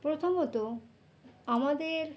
প্রথমত আমাদের